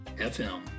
FM